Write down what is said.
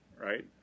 right